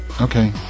Okay